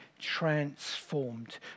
transformed